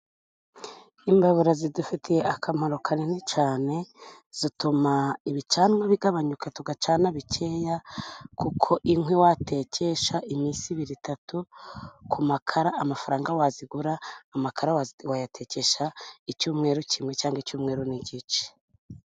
Imbabura zidufitiye akamaro kanini cyane, zituma ibicanwa bigabanyuka, tugacana bikeya, kuko inkwi watekesha iminsi ibiri itatu, ku makara amafaranga wazigura, amakara wayatekesha icyumweru kimwe, cyangwa icyumweru n'igice.